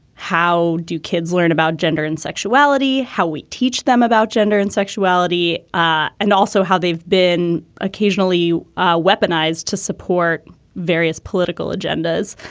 how do kids learn about gender and sexuality sexuality how we teach them about gender and sexuality ah and also how they've been occasionally ah weaponized to support various political agendas.